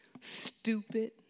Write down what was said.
stupid